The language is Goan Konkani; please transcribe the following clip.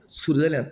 सुरू जाल्यात